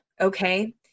Okay